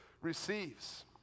receives